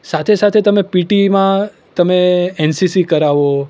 સાથે સાથે તમે પીટીમાં તમે એનસીસી કરાવો